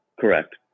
Correct